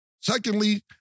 Secondly